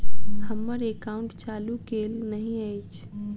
हम्मर एकाउंट चालू केल नहि अछि?